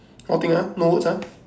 nothing ah no words ah